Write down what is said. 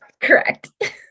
Correct